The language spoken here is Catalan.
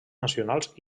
nacionals